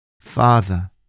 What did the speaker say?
Father